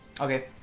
Okay